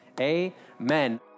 amen